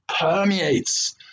permeates